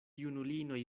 junulinoj